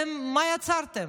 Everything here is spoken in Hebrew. מה יצרתם?